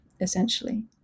essentially